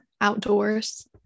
outdoors